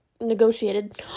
negotiated